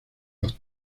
los